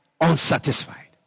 unsatisfied